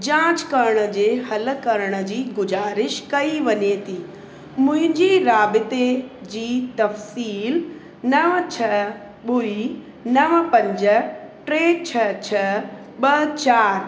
जांचु करण जे हल करण जी गुज़ारिश कई वञे थी मुंहिंजी राबिते जी तफ़सीलु नव छह ॿुड़ी नव पंज टे छह छह ॿ चारि